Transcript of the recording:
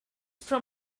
from